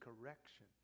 correction